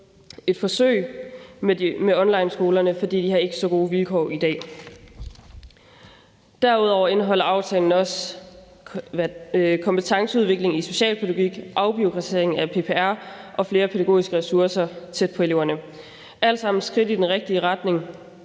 et forsøg med onlineskolerne, for de har ikke så gode vilkår i dag. Derudover indeholder aftalen også kompetenceudvikling i specialpædagogik, afbureaukratisering af PPR og flere pædagogiske ressourcer tæt på eleverne – alt sammen skridt i den rigtige retning,